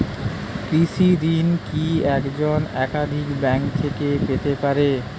কৃষিঋণ কি একজন একাধিক ব্যাঙ্ক থেকে পেতে পারে?